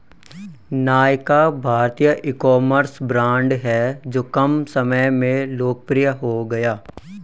नायका भारतीय ecommerce brand हैं जो कम समय में लोकप्रिय हो गया